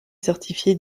certifié